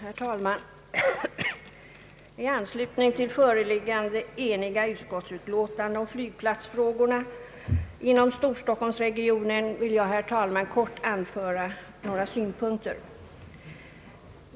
Herr talman! I anslutning till föreliggande enhälliga utskottsutlåtande om flygplatsfrågorna inom Storstockholmsregionen vill jag, herr talman, kort anföra några synpunkter.